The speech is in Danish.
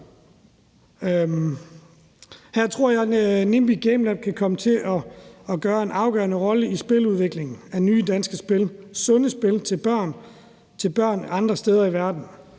Her tror jeg, at Nimbi Gamelab kan komme til at have en afgørende rolle i spiludvikingen af nye danske spil – sunde spil til børn andre steder i verden.